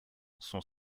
sont